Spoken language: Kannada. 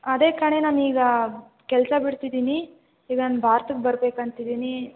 ಅದೇ ಕಣೆ ನಾನೀಗ ಕೆಲಸ ಬಿಡ್ತಿದ್ದೀನಿ ಈಗ ನಾನು ಭಾರತಕ್ಕೆ ಬರ್ಬೇಕಂತ ಇದ್ದೀನಿ